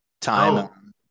time